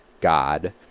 god